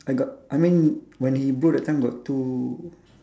I got I mean when he blow that time got two